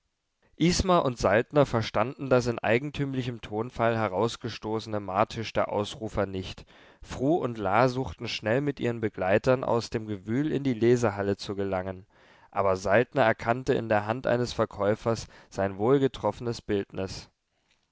isma und saltner verstanden das in eigentümlichem tonfall herausgestoßene martisch der ausrufer nicht fru und la suchten schnell mit ihren begleitern aus dem gewühl in die lesehalle zu gelangen aber saltner erkannte in der hand eines verkäufers sein wohlgetroffenes bildnis